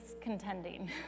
contending